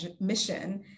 mission